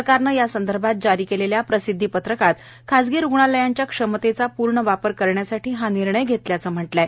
सरकारनं यासंदर्भात जारी केलेल्या प्रसिद्धी पत्रकात खासगी रुग्णालयांच्या क्षमतेचा पूर्ण वापर करण्यासाठी हा निर्णय घेतल्याचं म्हटलं आहे